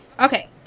Okay